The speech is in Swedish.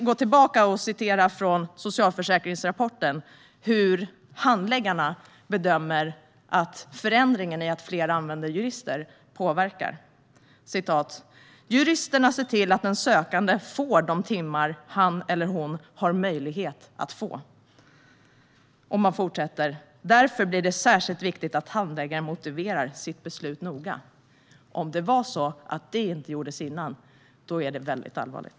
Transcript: Låt mig återgå till socialförsäkringsrapporten och citera handläggarnas bedömning av vilken påverkan förändringen att fler använder jurister haft: "Juristerna ser till att den sökande får de timmar han eller hon har möjlighet att få. - Därför blir det särskilt viktigt att handläggaren motiverar sitt beslut noga." Om detta inte gjordes tidigare vore det väldigt allvarligt.